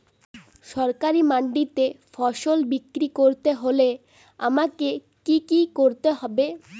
সরকারি মান্ডিতে ফসল বিক্রি করতে হলে আমাকে কি কি করতে হবে?